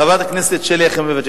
חברת הכנסת שלי יחימוביץ,